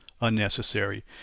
unnecessary